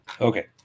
Okay